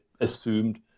assumed